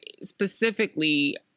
Specifically